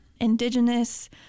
indigenous